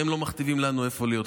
והם לא מכתיבים לנו איפה להיות.